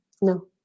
No